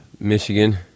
Michigan